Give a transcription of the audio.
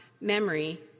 memory